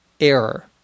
error